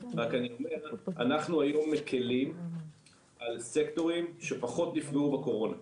רק אני אומר אנחנו היום מקלים על סקטורים שפחות נפגעו בקורונה.